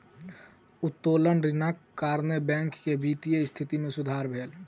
उत्तोलन ऋणक कारणेँ बैंक के वित्तीय स्थिति मे सुधार भेल